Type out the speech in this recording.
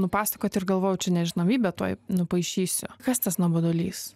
nupasakoti ir galvojau čia nežinomybę tuoj nupaišysiu kas tas nuobodulys